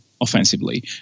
offensively